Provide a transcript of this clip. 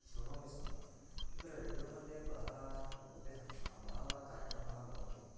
श्रुणोमि स्म अत्र रेडियोमध्ये बह् बहवः बहवः कार्यक्रमाः भवन्ति